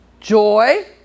Joy